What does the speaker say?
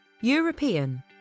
European